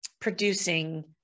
producing